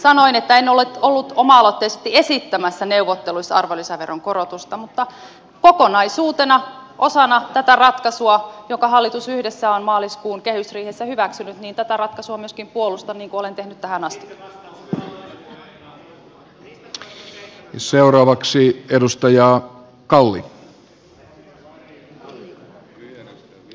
sanoin että en ole ollut oma aloitteisesti esittämässä neuvotteluissa arvonlisäveron korotusta mutta kokonaisuutena osana tätä ratkaisua jonka hallitus yhdessä on maaliskuun kehysriihessä hyväksynyt tätä ratkaisua myöskin puolustan niin kuin olen tehnyt tähän asti